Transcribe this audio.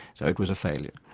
so it was a failure.